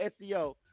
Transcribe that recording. SEO